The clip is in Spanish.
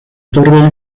torre